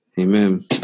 Amen